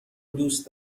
دوست